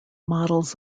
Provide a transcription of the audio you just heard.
models